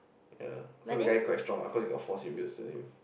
ya so the guy quite strong ah I heard he got four symbiotes already